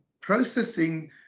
processing